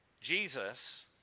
Jesus